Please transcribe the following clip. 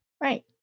Right